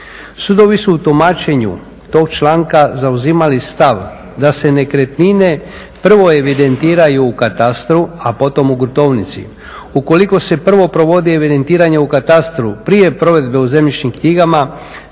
Sudovi su u tumačenju tog članka zauzimali stav da se nekretnine prvo evidentiraju u katastru, a potom u gruntovnici. Ukoliko se prvo provodi evidentiranje u katastru prije provedbe u zemljišnim knjigama